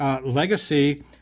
legacy